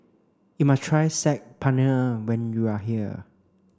you must try Saag Paneer when you are here